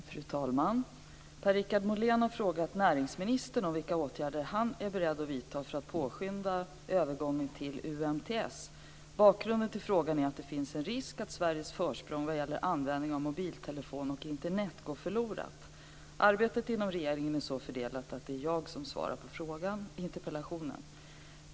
Fru talman! Per-Richard Molén har frågat näringsministern vilka åtgärder han är beredd att vidta för att påskynda övergången till UMTS. Bakgrunden till frågan är att det finns en risk att Sveriges försprång vad gäller användning av mobiltelefoner och Internet går förlorat. Arbetet inom regeringen är så fördelat att det är jag som ska svara på interpellationen.